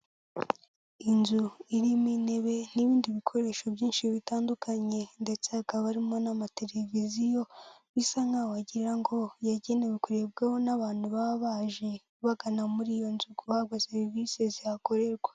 Inzu irimo intebe n'ibindi bikoresho byinshi bitandukanye ndetse hakaba harimo n'amateleviziyo bisa nk'aho wagira ngo yagenewe kurebwaho n'abantu baba baje bagana muri iyo nzu guhabwa serivisi zihakorerwa.